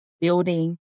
building